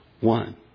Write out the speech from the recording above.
one